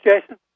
Jason